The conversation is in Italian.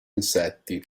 insetti